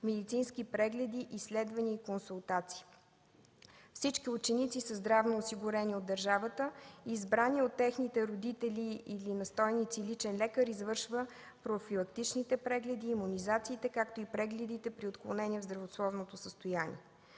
медицински прегледи, изследвания и консултации. Всички ученици са здравноосигурени от държавата и избраният от техните родители или настойници личен лекар извършва профилактичните прегледи, имунизациите, както и прегледите при отклонения в здравословното състояние.